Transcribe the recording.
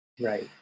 Right